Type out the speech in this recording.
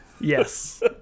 yes